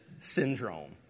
syndrome